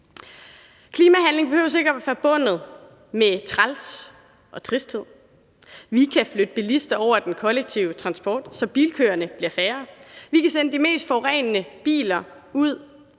Klimahandling behøver ikke at være forbundet med træls- og tristhed. Vi kan flytte bilister over i den kollektive transport, så bilkøerne bliver færre. Vi kan sende de mest forurenende biler ud